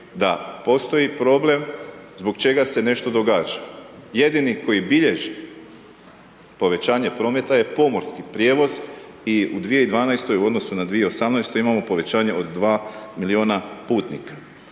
da postoji problem zbog čega se nešto događa. Jedini koji bilježi povećanje prometa je pomorski prijevoz i u 2012. u odnosu na 2018. imamo povećanje od 2 milijuna putnika.